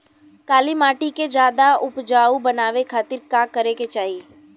काली माटी के ज्यादा उपजाऊ बनावे खातिर का करे के चाही?